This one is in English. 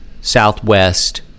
southwest